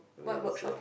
I mean it's like